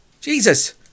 Jesus